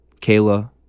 Kayla